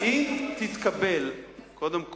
קודם כול,